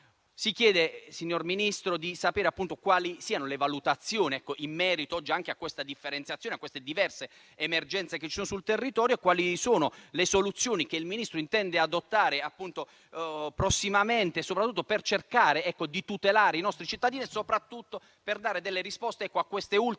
Si chiede, signor Ministro, di sapere quali siano le valutazioni in merito a questa differenziazione e alle diverse emergenze esistenti sul territorio e quali siano le soluzioni che il Ministro intende adottare prossimamente, soprattutto per cercare di tutelare i nostri cittadini e per dare delle risposte a queste ultime